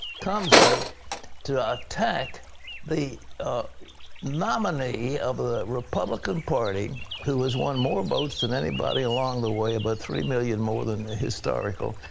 comes out to attack the nominee of a republican party who has won more votes than anybody along the way, about three million more than historical.